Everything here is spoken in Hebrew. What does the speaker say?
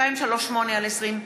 238/20,